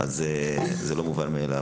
זה לא מובן מאליו,